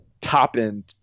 top-end